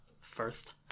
First